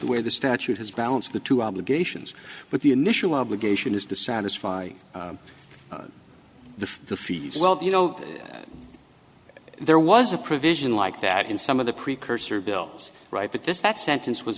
where the statute has balanced the two obligations but the initial obligation is to satisfy the fees well you know there was a provision like that in some of the precursor bills right but this that sentence was